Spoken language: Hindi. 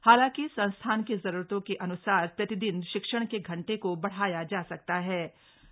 हालांकि संस्थान की जरूरत के अन्सार प्रतिदिन शिक्षण के घंटे को बढ़ाया जा सकता हा